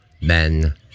Men